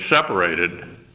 separated